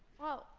well,